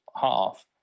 half